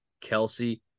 Kelsey